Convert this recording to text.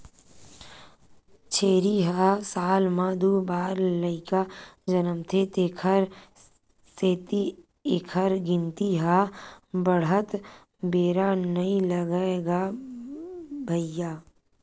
छेरी ह साल म दू बार लइका जनमथे तेखर सेती एखर गिनती ह बाड़हत बेरा नइ लागय गा भइया